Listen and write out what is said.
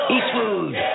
Eastwood